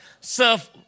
serve